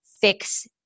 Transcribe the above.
fix